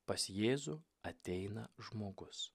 pas jėzų ateina žmogus